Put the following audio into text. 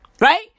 Right